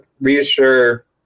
reassure